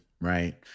right